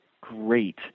great